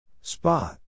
Spot